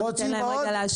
בואו ניתן להם רגע להשיב.